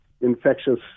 infectious